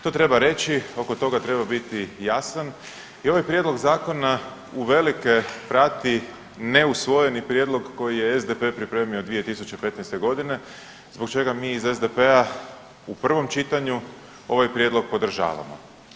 To treba reći, oko toga treba biti jasan i ovaj prijedlog zakona uvelike prati neusvojeni prijedlog koji je SDP pripremio 2015. godine zbog čega mi iz SDP-a u prvom čitanju ovaj prijedlog podržavamo.